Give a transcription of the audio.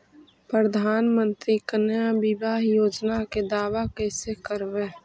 प्रधानमंत्री कन्या बिबाह योजना के दाबा कैसे करबै?